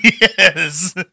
Yes